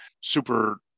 super